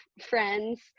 friends